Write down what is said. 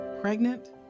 Pregnant